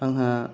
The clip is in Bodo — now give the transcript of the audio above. आंहा